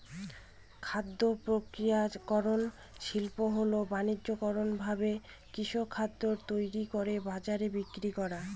খাদ্য প্রক্রিয়াকরন শিল্প হল বানিজ্যিকভাবে কৃষিখাদ্যকে তৈরি করে বাজারে বিক্রি করা